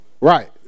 right